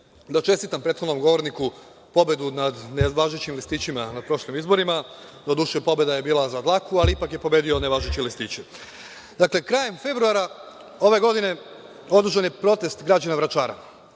da čestitam prethodnom govorniku pobedu nad nevažećim listićima na prošlim izborima. Doduše, pobeda je bila za dlaku, ali ipak je pobedio nevažeće listiće. Dakle, krajem februara ove godine, održan je protest građana Vračara,